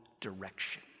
direction